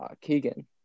Keegan